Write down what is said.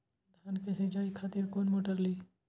धान के सीचाई खातिर कोन मोटर ली?